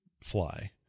fly